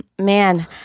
Man